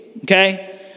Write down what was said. okay